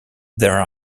there